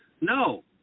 No